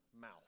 mouth